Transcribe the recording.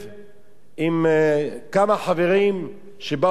עם כמה חברים שבאו מחו"ל.